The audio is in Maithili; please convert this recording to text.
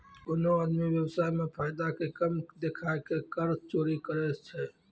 कोनो आदमी व्य्वसाय मे फायदा के कम देखाय के कर चोरी करै छै